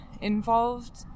involved